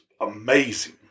amazing